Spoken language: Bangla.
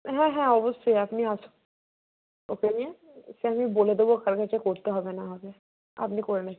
হ্যাঁ হ্যাঁ অবশ্যই আপনি ওকে নিয়ে সে আমি বলে দেবো কার কাছে করতে হবে না হবে আপনি করে নেবেন